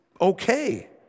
okay